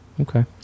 Okay